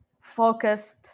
focused